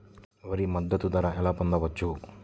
వరి మద్దతు ధర ఎలా పొందవచ్చు?